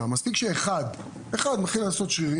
בגלל שאין לאינדורו מסלול לאימונים ולא רוצים לייצר עוד